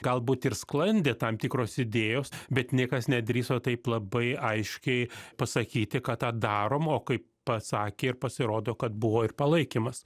galbūt ir sklandė tam tikros idėjos bet niekas nedrįso taip labai aiškiai pasakyti kad tą darom o kai pasakė ir pasirodo kad buvo ir palaikymas